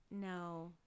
No